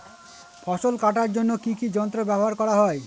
ফসল কাটার জন্য কি কি যন্ত্র ব্যাবহার করা হয়?